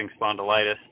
spondylitis